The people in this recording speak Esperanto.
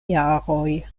jaroj